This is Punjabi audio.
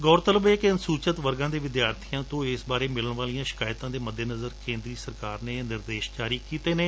ਗੌਰ ਤਲਬ ਏ ਕਿ ਅਨੁਸੁਚਿਤ ਵਰਗਾਂ ਦੇ ਵਿਦਿਆਰਬੀਆਂ ਤੋਂ ਇਸ ਬਾਰੇ ਮਿਲਣ ਵਾਲੀਆਂ ਸ਼ਿਕਾਇਤਾਂ ਦੇ ਮੱਦੇਨਜ਼ਰ ਕੇਂਦਰੀ ਸਰਕਾਰ ਨੇ ਇਹ ਨਿਰਦੇਸ਼ ਜਾਰੀ ਕੀਤੇ ਨੇ